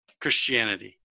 Christianity